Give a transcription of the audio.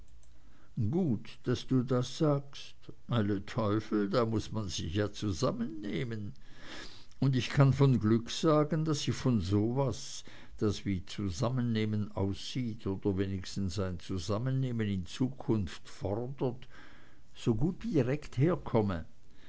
gut daß du das sagst alle teufel da muß man sich ja zusammennehmen und ich kann von glück sagen daß ich von so was das wie zusammennehmen aussieht oder wenigstens ein zusammennehmen in zukunft fordert so gut wie direkt herkomme